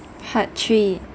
part three